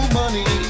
money